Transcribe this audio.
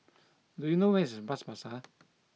do you know where is Bras Basah